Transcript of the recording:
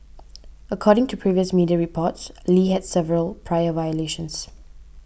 according to previous media reports Lee had several prior violations